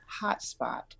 hotspot